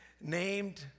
named